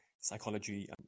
psychology